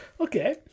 okay